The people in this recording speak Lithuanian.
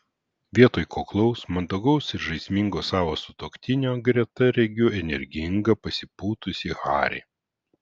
vietoj kuklaus mandagaus ir žaismingo savo sutuoktinio greta regiu energingą pasipūtusį harį